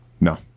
No